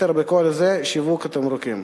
יותר בכל זאת שיווק התמרוקים.